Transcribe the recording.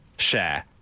Share